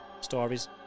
stories